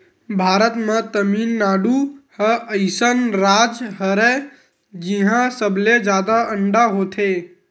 भारत म तमिलनाडु ह अइसन राज हरय जिंहा सबले जादा अंडा होथे